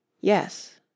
Yes